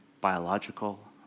biological